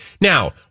now